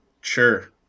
Sure